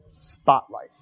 spotlight